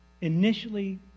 initially